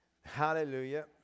hallelujah